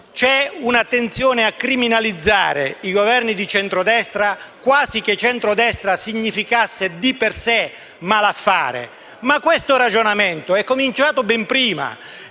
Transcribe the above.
c'era una tendenza a criminalizzare i Governi di centrodestra, quasi che centrodestra significasse di per sé malaffare. Tuttavia questo ragionamento è cominciato ben prima,